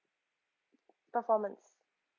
performance